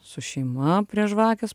su šeima prie žvakės